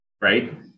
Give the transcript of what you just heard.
Right